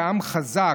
כעם חזק,